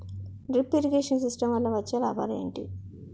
Drip irrigation system వల్ల వచ్చే లాభాలు ఏంటి?